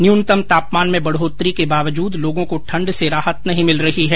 न्यूनतम तापमान में बढोतरी के बावजूद लोगो को ठण्ड से राहत नहीं मिल रही है